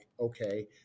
okay